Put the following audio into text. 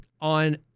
on